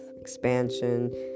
expansion